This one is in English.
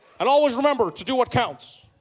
and always remember to do what counts